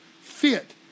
fit